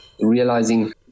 realizing